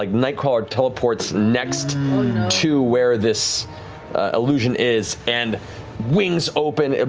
like nightcrawler teleports next to where this illusion is and wings open, and